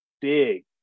big